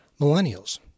millennials